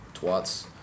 Twats